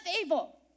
evil